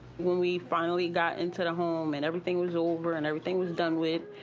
when we finally got into the home and everything was over and everything was done with,